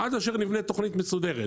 עד אשר נבנה תכנית מסודרת.